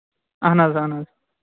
اَہَن حظ اَہَن حظ